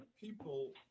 people